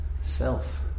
self